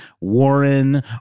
Warren